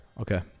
Okay